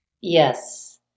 Yes